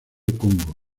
congo